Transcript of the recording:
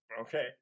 Okay